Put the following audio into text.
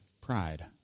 pride